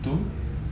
bank bank